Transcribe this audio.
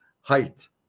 height